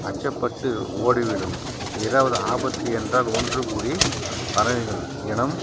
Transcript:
அச்சப்பட்டு ஓடிவிடும் ஏதாவது ஆபத்து என்றால் ஒன்று கூடி பறவைகள் இனம்